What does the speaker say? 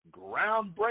groundbreaking